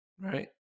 Right